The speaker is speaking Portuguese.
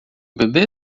bebê